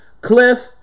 Cliff